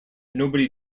nobody